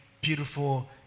beautiful